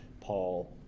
Paul